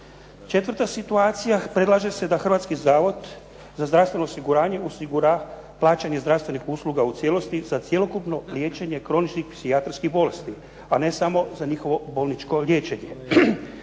Četvrta situacija, predlaže se da Hrvatski zavod za zdravstveno osiguranje osigura plaćanje zdravstvenih usluga u cijelosti za cjelokupno liječenje kroničnih psihijatrijskih bolesti a ne samo za njihovo bolničko liječenje